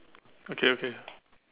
okay okay